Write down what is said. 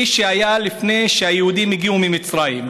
מי שהיה לפני שהיהודים הגיעו ממצרים,